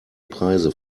preise